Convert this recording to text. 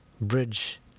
bridge